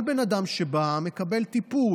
כל בן אדם שבא מקבל טיפול.